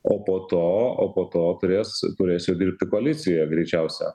o po to o po to turės turės jau dirbti koalicijoj greičiausia